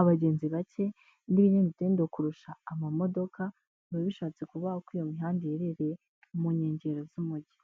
abagenzi bake n'ibinyamitende kurusha amamodoka biba bishatse kuvuga ko iyo mihanda iherereye mu nkengero z'umujyi.